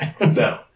No